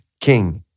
king